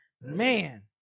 Man